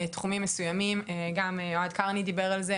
תחומים מסוימים, גם אוהד קרני דיבר על זה.